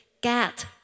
Get